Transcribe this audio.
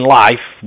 life